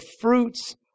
fruits